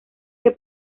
que